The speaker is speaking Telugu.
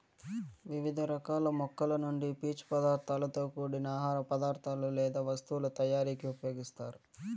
వివిధ రకాల మొక్కల నుండి పీచు పదార్థాలతో కూడిన ఆహార పదార్థాలు లేదా వస్తువుల తయారీకు ఉపయోగిస్తారు